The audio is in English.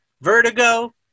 vertigo